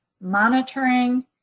monitoring